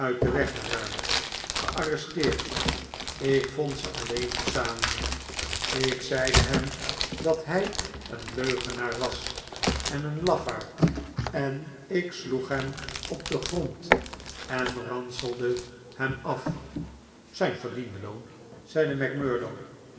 uit den weg geruimd gearresteerd ik vondze alleen te zamen ik zeide hem dat hij een leugenaar was en een lafaard en ik sloeg hem op den grond en ranselde hem af zijn verdiende loon zeide macmurdo